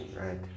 right